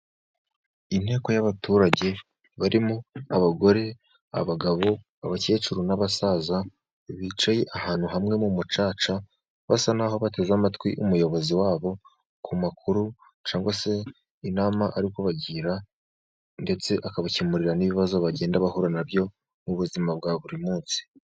Inteko y'abaturage barimo abagore, abagabo, abakecuru n'abasaza. Bicaye ahantu hamwe mu mucaca basa naho bateze amatwi umuyobozi wabo ku makuru cyangwa se inama ari kubagira ndetse akabakemurira n'ibibazo bagenda bahura nabyo mu buzima bwa buri munsi.